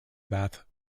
bath